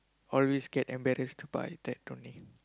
always get embarrassed by that only